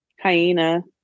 hyena